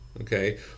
okay